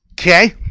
Okay